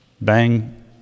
Bang